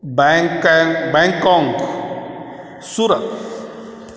बँकॅङ Bangkok Surat